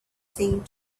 seemed